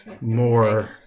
More